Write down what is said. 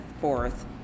fourth